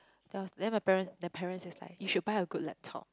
then I was then my parent the parent is like you should buy a good laptop